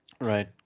Right